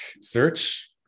search